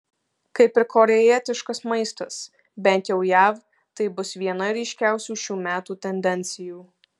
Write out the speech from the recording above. kaip ir korėjietiškas maistas bent jau jav tai bus viena ryškiausių šių metų tendencijų